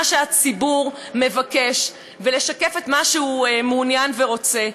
שהציבור מבקש ולשקף את מה שהוא מעוניין ורוצה.